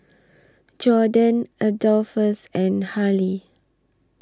Jordin Adolphus and Harlie